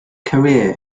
career